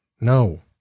no